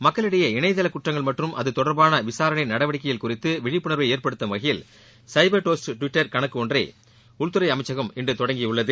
மக்களிடையே இணையதள குற்றங்கள் மற்றும் அதுதொடர்பான விசாரணை நடவடிக்கைகள் குறித்து விழிப்புணர்வை ஏற்படுத்தும் வகையில் சைபர் டோஸ்ட்டு டுவிட்டர் கணக்கு ஒன்றை உள்துறை அமைச்சகம் இன்று தொடங்கியுள்ளது